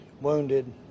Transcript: wounded